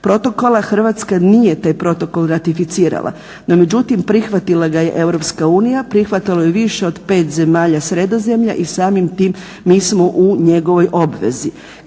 protokola, Hrvatska nije taj protokol ratificirala, no međutim prihvatila ga je Europska unija, prihvatilo je više od pet zemalja Sredozemlja i samim tim mi smo u njegovoj obvezi.